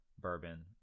bourbon